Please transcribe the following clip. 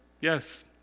yes